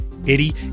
Eddie